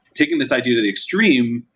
taking this idea to the extreme,